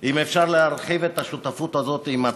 אם אפשר להרחיב את השותפות הזאת עם הציבור,